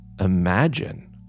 imagine